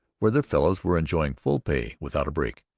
where their fellows were enjoying full pay without a break.